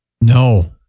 No